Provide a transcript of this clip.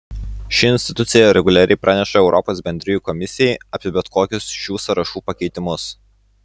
ši institucija reguliariai praneša europos bendrijų komisijai apie bet kokius šių sąrašų pakeitimus